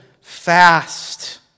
fast